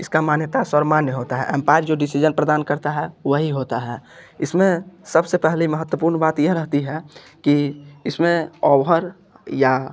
इसका मान्यता सर्वमान्य होता है एम्पायर जो डिसिज़न प्रदान करता है वही होता है इसमें सबसे पहली महत्वपूर्ण बात यह रहती है कि इसमें ओवभर या